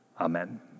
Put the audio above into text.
Amen